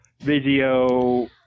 video